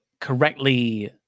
correctly